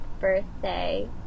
birthday